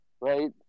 right